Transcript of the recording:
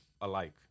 alike